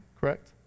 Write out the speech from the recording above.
correct